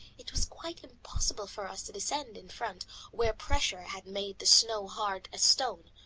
it was quite impossible for us to descend in front where pressure had made the snow hard as stone,